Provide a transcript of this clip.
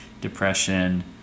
depression